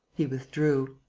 he withdrew.